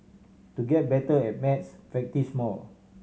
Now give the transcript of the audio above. to get better at maths practise more